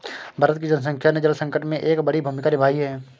भारत की जनसंख्या ने जल संकट में एक बड़ी भूमिका निभाई है